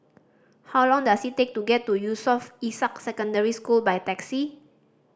how long does it take to get to Yusof Ishak Secondary School by taxi